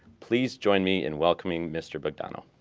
please join me in welcoming mr. bogdanow.